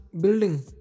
building